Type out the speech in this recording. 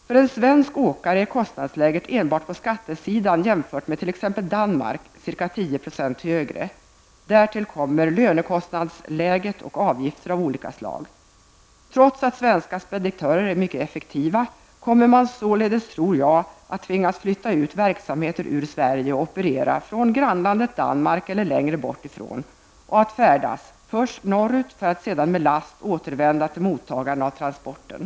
För en svensk åkare är kostnadsläget enbart på skattesidan ca 10 % högre jämfört med t.ex. Danmark. Därtill kommer lönekostnadsläget och avgifter av olika slag. Trots att svenska speditörer är mycket effektiva kommer de således, tror jag, att tvingas flytta ut verksamheter ur Sverige och operera från grannlandet Danmark eller från något land längre bort och att färdas först norrut för att sedan med last återvända till mottagaren av transporten.